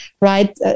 right